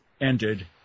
ended